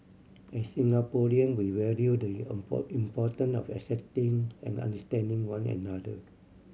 as Singaporean we value the importance of accepting and understanding one another